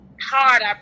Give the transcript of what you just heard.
hard